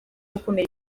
gukumira